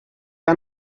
que